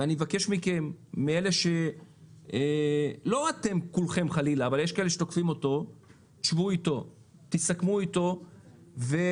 ואני מבקש מאלה שתוקפים אותו לשבת איתו ולסכם איתו דברים.